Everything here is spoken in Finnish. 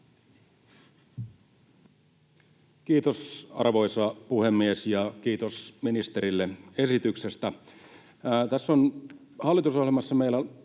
Kiitos, arvoisa puhemies! Kiitos ministerille esityksestä.